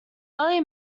early